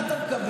מה אתה מקבל?